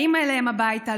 באים אליהם הביתה,